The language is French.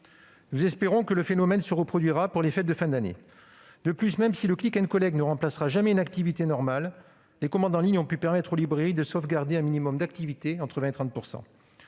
Nous espérons que le phénomène se reproduira pour les fêtes de fin d'année. De plus, même si le ne remplacera jamais une activité normale, les commandes en ligne ont pu permettre aux librairies de sauvegarder un minimum d'activité, entre 20 % et 30 %.